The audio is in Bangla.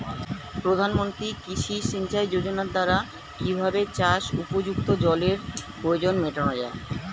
প্রধানমন্ত্রী কৃষি সিঞ্চাই যোজনার দ্বারা কিভাবে চাষ উপযুক্ত জলের প্রয়োজন মেটানো য়ায়?